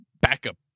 backup